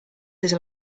quite